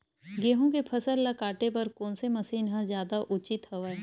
गेहूं के फसल ल काटे बर कोन से मशीन ह जादा उचित हवय?